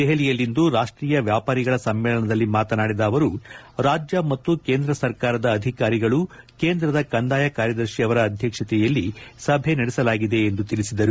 ದೆಹಲಿಯಲ್ಲಿಂದು ರಾಷ್ಷೀಯ ವ್ಲಾಪಾರಿಗಳ ಸಮ್ಮೇಳನದಲ್ಲಿ ಮಾತನಾಡಿದ ಅವರು ರಾಜ್ಯ ಮತ್ತು ಕೇಂದ್ರ ಸರ್ಕಾರದ ಅಧಿಕಾರಿಗಳು ಕೇಂದ್ರದ ಕಂದಾಯ ಕಾರ್ಯದರ್ಶಿ ಅವರ ಅಧ್ಯಕ್ಷತೆಯಲ್ಲಿ ಸಭೆ ನಡೆಸಲಾಗಿದೆ ಎಂದು ತಿಳಿಸಿದರು